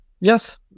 Yes